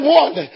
one